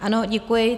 Ano, děkuji.